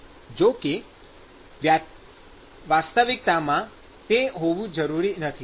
જો કે વાસ્તવિકતામાં તે હોવું જરૂરી નથી